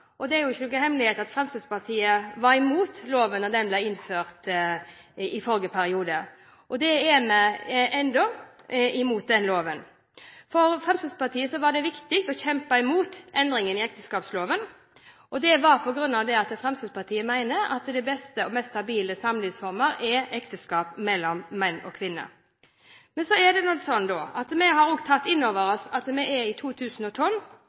og det er jo ikke noen hemmelighet at Fremskrittspartiet var imot loven da den ble innført i forrige periode. Det er vi ennå – vi er imot loven. For Fremskrittspartiet var det viktig å kjempe imot endringene i ekteskapsloven. Det er på grunn av at Fremskrittspartiet mener at den beste og mest stabile samlivsformen er ekteskap mellom mann og kvinne. Men så er det sånn at vi har også tatt inn over oss at vi er i 2012.